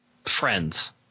friends